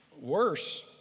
worse